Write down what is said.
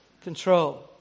control